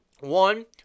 One